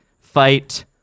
fight